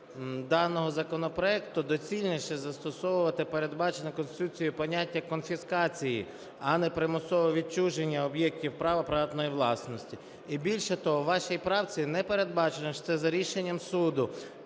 даного законопроекту доцільніше застосовувати передбачене Конституцією поняття "конфіскації", а не "примусового відчуження" об'єктів права приватної власності. І більше того у вашій правці не передбачено, що це за рішенням суду,